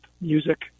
music